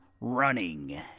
running